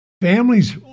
Families